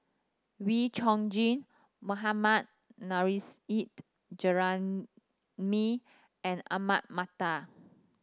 Wee Chong Jin Mohammad Nurrasyid Juraimi and Ahmad Mattar